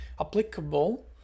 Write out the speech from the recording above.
applicable